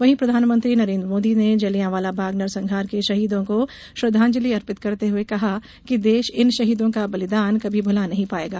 वहीं प्रधानमंत्री नरेंद्र मोदी ने जलियांवाला बाग नरसंहार के शहीदों को श्रद्वांजलि अर्पित करते हुए कहा कि देश इन शहीदों का बलिदान कभी भुला नहीं पायेगा